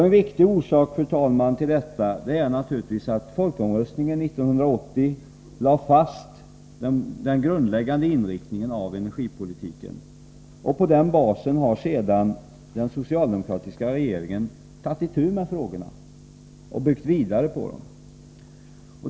En viktig orsak, fru talman, till detta är naturligtvis att folkomröstningen 1980 lade fast den grundläggande inriktningen av energipolitiken. På den basen har den socialdemokratiska regeringen tagit itu med frågorna och byggt vidare på dem.